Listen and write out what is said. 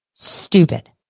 Stupid